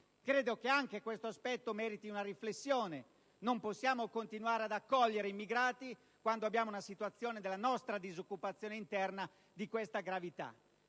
Credo che anche questo aspetto meriti una riflessione. Non possiamo continuare ad accogliere immigrati quando registriamo una disoccupazione interna di questa gravità.